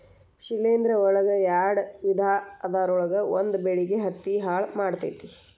ಶಿಲೇಂಧ್ರ ಒಳಗ ಯಾಡ ವಿಧಾ ಅದರೊಳಗ ಒಂದ ಬೆಳಿಗೆ ಹತ್ತಿ ಹಾಳ ಮಾಡತತಿ